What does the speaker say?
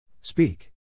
Speak